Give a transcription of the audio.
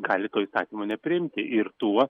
gali to įstatymo nepriimti ir tuo